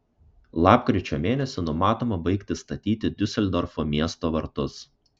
lapkričio mėnesį numatoma baigti statyti diuseldorfo miesto vartus